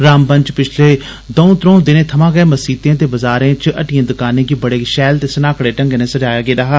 रामबन च पिछले दंऊ त्रौं दिनें थमां गै मसीतें ते बजारें च हट्टिएं दकानें गी बड़े पैल ते सनाह्कड़े ढंगै नै सजाया गेदा ऐ